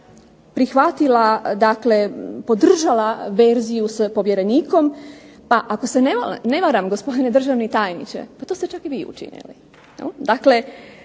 prihvatila, dakle podržala verziju s povjerenikom, pa ako se ne varam gospodine državni tajniče pa to ste čak i vi učinili. Dakle